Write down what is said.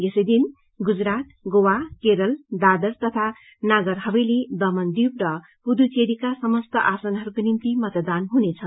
यसैदिन गुजरात गोआ केरल दादर तथा नागर हवेली दमन दीव र पुदुचेरीका समस्त आसनहयको निम्ति मतदान हुनेछ